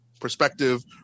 perspective